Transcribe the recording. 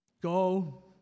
Go